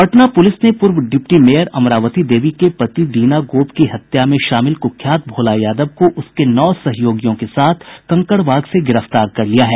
Patna police ने पूर्व deputy mayor Amravati Devi के पति दीना गोप की हत्या में शामिल कुख्यात भोला यादव को उसके नौ सहयोगियों के साथ कंकड़बाग से गिरफ्तार किया है